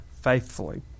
faithfully